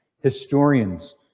Historians